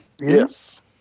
Yes